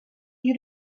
you